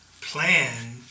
plan